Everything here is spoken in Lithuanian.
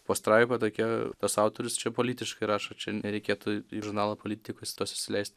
pastraipa tokia tas autorius čia politiškai rašo čia nereikėtų į žurnalą politikos tos įsileist